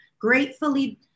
Gratefully